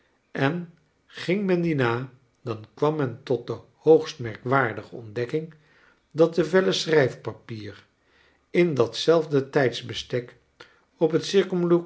en ging men die na dan kwam men tot de hoogst merkwaardige ontdekking dat de vellen schrijf papier in dat zelfde tijdsbestek op het